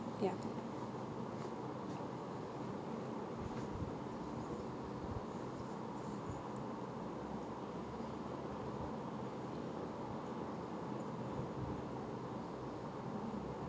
ya